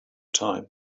time